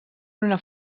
una